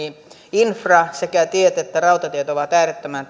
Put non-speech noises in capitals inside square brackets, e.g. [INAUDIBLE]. infra sekä tiet että rautatiet on äärettömän [UNINTELLIGIBLE]